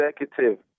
executive